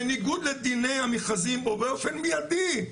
בניגוד לדיני המכרזים ובאופן מידי.